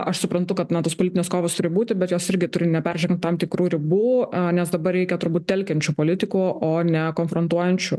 aš suprantu kad na tos politinės kovos turi būti bet jos irgi turi neperžengt tam tikrų ribų nes dabar reikia turbūt telkiančių politikų o ne konfrontuojančių